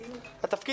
את,